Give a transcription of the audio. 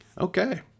Okay